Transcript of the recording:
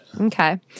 Okay